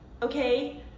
Okay